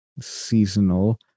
seasonal